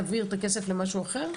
תעביר את הכסף למשהו אחר?